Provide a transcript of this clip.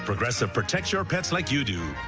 progressive protects your pets like you do.